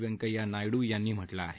व्यंकैय्या नायडू यांनी म्हटलं आहे